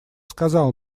сказал